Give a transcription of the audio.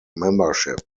membership